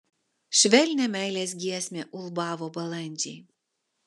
švelnią meilės giesmę ulbavo balandžiai